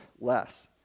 less